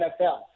NFL